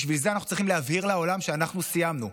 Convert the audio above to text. בשביל זה אנחנו צריכים להבהיר לעולם שאנחנו סיימנו,